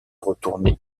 retourner